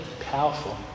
powerful